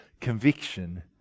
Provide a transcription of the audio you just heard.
conviction